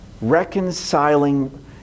reconciling